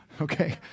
okay